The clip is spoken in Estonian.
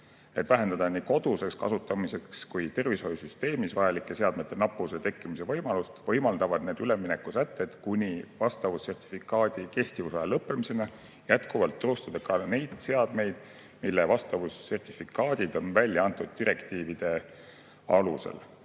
Et vähendada nii koduseks kasutamiseks mõeldud kui tervishoiusüsteemis vajalike seadmete nappuse tekkimise võimalust, võimaldavad need üleminekusätted kuni vastavussertifikaadi kehtivusaja lõppemiseni jätkata ka nende seadmete turustamist, mille vastavussertifikaadid on välja antud direktiivide alusel.